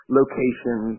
location